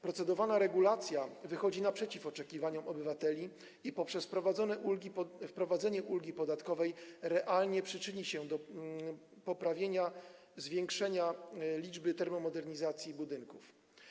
Procedowana regulacja wychodzi naprzeciw oczekiwaniom obywateli i poprzez wprowadzenie ulgi podatkowej realnie przyczyni się do poprawienia, zwiększenia liczby termomodernizacji budynków.